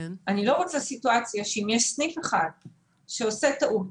אני לא רוצה סיטואציה שאם יש סניף אחד שעושה טעות,